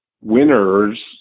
winners